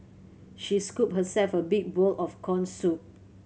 she scooped herself a big bowl of corn soup